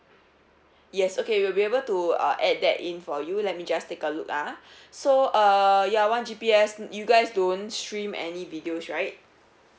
yes okay we'll be able to uh add that in for you let me just take a look ah so uh ya one G_P_S you guys don't stream any videos right